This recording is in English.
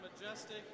majestic